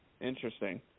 Interesting